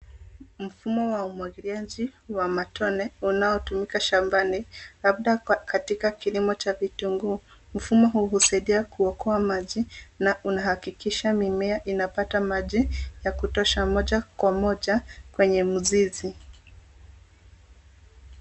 Mfumo wa umwagiliaji wa matone unaotumika shambani, labda katika kilimo cha vitunguu. Mfumo huu husaidia kuokoa maji, na unahakikisha mimea inapata maji ya kutosha moja kwa moja kwenye mzizi.